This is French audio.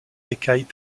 écailles